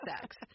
sex